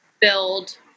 build